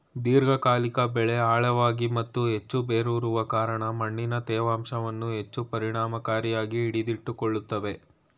ದೀರ್ಘಕಾಲಿಕ ಬೆಳೆ ಆಳವಾಗಿ ಮತ್ತು ಹೆಚ್ಚು ಬೇರೂರುವ ಕಾರಣ ಮಣ್ಣಿನ ತೇವಾಂಶವನ್ನು ಹೆಚ್ಚು ಪರಿಣಾಮಕಾರಿಯಾಗಿ ಹಿಡಿದಿಟ್ಟುಕೊಳ್ತವೆ